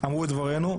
אמרו את דברינו.